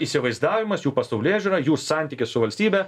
įsivaizdavimas jų pasaulėžiūra jų santykis su valstybe